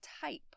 type